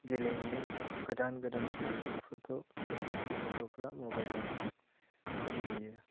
गेलेमु गोदान गोदान गेलेमुफोरखौ गथ'फ्रा मबाइलआव गेलेयो